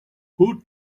who